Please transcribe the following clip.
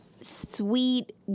sweet